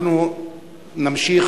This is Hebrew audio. אנחנו נמשיך.